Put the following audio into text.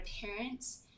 parents